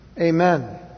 Amen